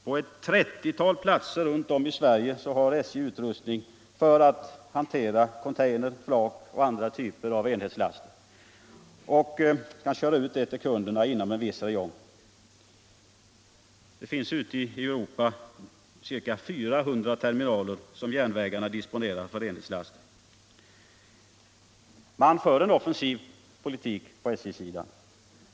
På ett 30-tal platser runt om i Sverige har SJ utrustning för att hantera container, flak och andra typer av enhetslaster och köra ut dessa till kunderna inom en vid räjong. Ute i Europa finns ca 400 terminaler som järnvägarna disponerar för enhetslaster. Man för en offensiv politik på SJ-sidan.